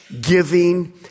giving